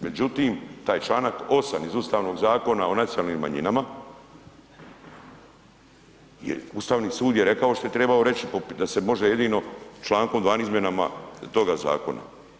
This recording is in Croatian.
međutim taj Članak 8. iz Ustavnog zakona o nacionalnim manjinama jer Ustavni sud je rekao što je trebao reći da se može članom …/nerazumljivo/… izmjenama toga zakona.